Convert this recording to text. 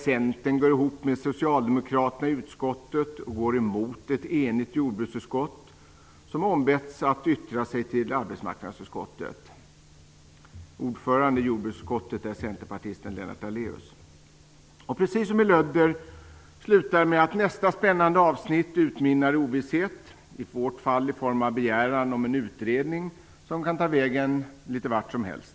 Centern går ihop med socialdemokraterna i utskottet och går emot ett enigt jordbruksutskott, som har ombetts att yttra sig till arbetsmarknadsutskottet. Lennart Daléus. Precis som i Lödder slutar det med att nästa spännande avsnitt utmynnar i ovisshet. I vårt fall handlar det om en form av begäran om en utredning som kan ta vägen litet var som helst.